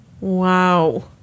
Wow